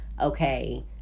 okay